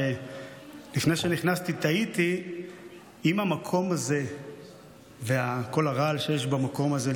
לפני שנכנסתי תהיתי אם המקום הזה וכל הרעל שיש במקום הזה,